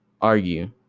argue